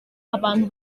abantu